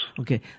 Okay